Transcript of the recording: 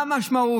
מה המשמעות?